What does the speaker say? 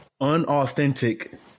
unauthentic